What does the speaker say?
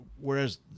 Whereas